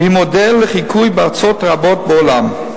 והיא מודל לחיקוי בארצות רבות בעולם.